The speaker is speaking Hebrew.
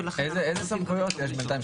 ולכן --- איזה סמכויות יש בינתיים?